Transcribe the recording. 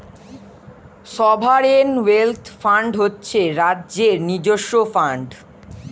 sovereign wealth fund হচ্ছে রাজ্যের নিজস্ব ফান্ড